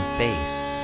face